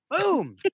Boom